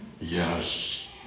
yes